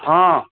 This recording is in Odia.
ହଁ